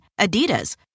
Adidas